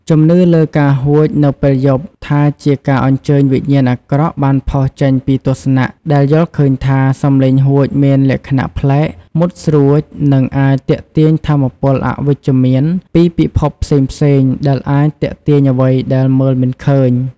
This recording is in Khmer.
ជំនឿលើការហួចនៅពេលយប់ថាជាការអញ្ជើញវិញ្ញាណអាក្រក់បានផុសចេញពីទស្សនៈដែលយល់ឃើញថា សំឡេងហួចមានលក្ខណៈប្លែក មុតស្រួច និងអាច ទាក់ទាញថាមពលអវិជ្ជមាន ពីពិភពផ្សេងៗ ដែលអាចទាក់ទាញអ្វីដែលមើលមិនឃើញ។